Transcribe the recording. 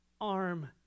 arm